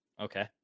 Okay